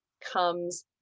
comes